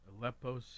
Aleppo